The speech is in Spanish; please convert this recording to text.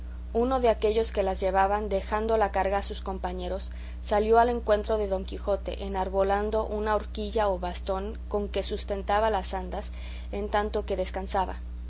uno de aquellos que las llevaban dejando la carga a sus compañeros salió al encuentro de don quijote enarbolando una horquilla o bastón con que sustentaba las andas en tanto que descansaba